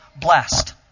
blessed